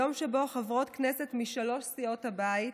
יום שבו אנו, חברות כנסת משלוש סיעות הבית,